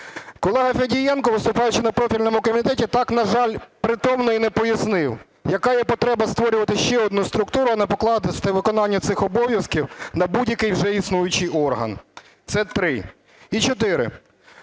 Колега Федієнко, виступаючи на профільному комітеті, так, на жаль, притомно і не пояснив, яка є потреба створювати ще одну структуру, а не покласти виконання цих обов'язків на будь-який вже існуючий орган? Це три. І чотири.